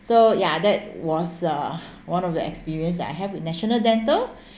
so ya that was uh one of the experience that I have with national dental